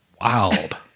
wild